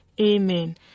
Amen